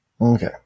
Okay